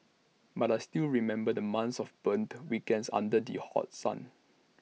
but I still remember the months of burnt weekends under the hot sun